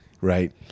Right